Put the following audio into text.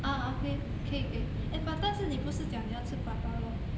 ah ah okay 可以可以 eh but 但是你不是讲你要吃 prata lor